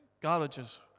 garages